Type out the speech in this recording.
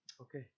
okay